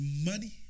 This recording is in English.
money